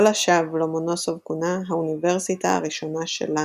לא לשווא לומונוסוב כונה "האוניברסיטה הראשונה שלנו".